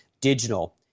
Digital